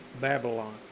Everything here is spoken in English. Babylon